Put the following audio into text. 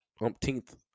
umpteenth